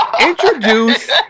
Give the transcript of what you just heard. introduce